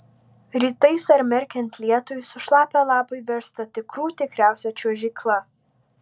rytais ar merkiant lietui sušlapę lapai virsta tikrų tikriausia čiuožykla